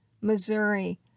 Missouri